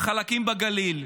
חלקים בגליל.